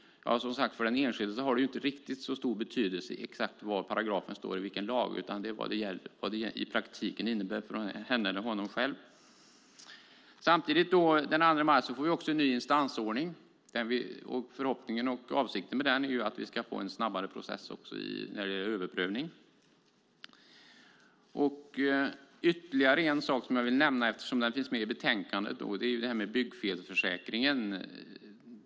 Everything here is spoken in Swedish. För den enskilde har det ju inte så stor betydelse exakt var och i vilken lag paragrafen står, utan det är vad det i praktiken innebär för henne eller honom själv. Den 2 maj får vi också en ny instansordning. Förhoppningen och avsikten med den är att vi ska få en snabbare process också när det gäller överprövning. Ytterligare en sak jag vill nämna, eftersom den finns med i betänkandet, är byggfelsförsäkringen.